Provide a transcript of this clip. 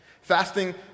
Fasting